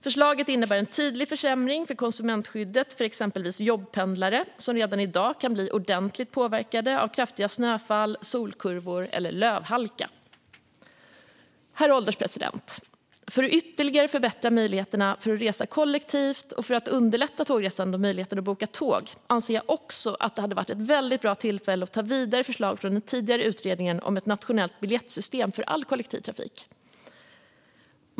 Förslaget innebär en tydlig försämring av konsumentskyddet för exempelvis jobbpendlare, som redan i dag kan bli ordentligt påverkade av kraftiga snöfall, solkurvor eller lövhalka. Herr ålderspresident! Jag anser också att detta hade varit ett väldigt bra tillfälle att ta vidare förslaget från den tidigare utredningen om ett nationellt biljettsystem för all kollektivtrafik för att ytterligare förbättra möjligheterna att resa kollektivt och för att underlätta tågresande och att boka tåg.